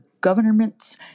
government's